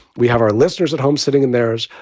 we have our listeners at home sitting in theirs.